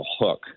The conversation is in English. hook